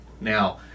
Now